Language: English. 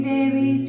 Devi